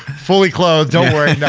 fully clothed, don't worry, yeah